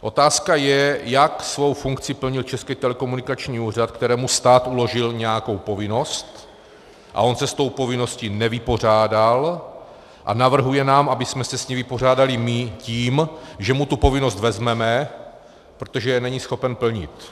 Otázka je, jak svou funkci plnil Český telekomunikační úřad, kterému stát uložil nějakou povinnost, a on se s tou povinností nevypořádal a navrhuje nám, abychom se s ní vypořádali my tím, že mu tu povinnost vezmeme, protože ji není schopen plnit.